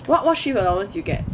what what shift allowance you get